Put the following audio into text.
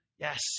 Yes